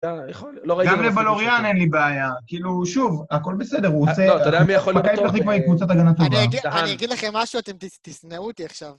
גם לבלוריאן אין לי בעיה, כאילו, שוב, הכל בסדר, הוא רוצה... לא, אתה יודע מי יכול לטוח את זה? אני אגיד לכם משהו, אתם תשנאו אותי עכשיו.